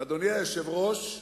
אדוני היושב-ראש,